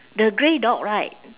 the grey dog right